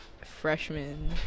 Freshman